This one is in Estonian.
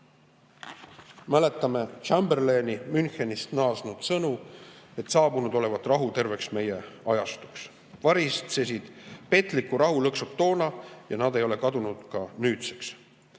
Mäletame Münchenist naasnud Chamberlaini sõnu, et saabunud olevat rahu terveks meie ajastuks. Varitsesid petliku rahu lõksud toona ja nad ei ole kadunud ka nüüdseks.